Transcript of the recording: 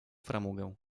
framugę